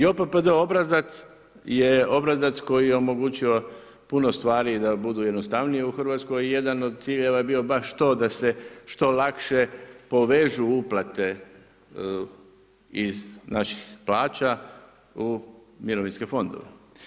JOPPD obrazac je obrazac koji je omogućio puno stvari da budu jednostavnije u Hrvatskoj i jedan od ciljeva je bio baš to da se što lakše povežu uplate iz naših plaća u mirovinske fondove.